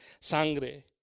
sangre